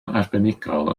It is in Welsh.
arbenigol